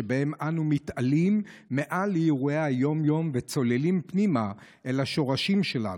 שבהם אנו מתעלים מעל לאירועי היום-יום וצוללים פנימה אל השורשים שלנו.